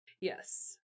Yes